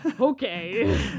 Okay